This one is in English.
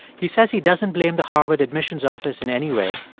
he says he doesn't blame the harvard admissions office in any way.